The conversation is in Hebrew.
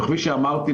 כפי שאמרתי,